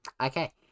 Okay